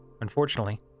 Unfortunately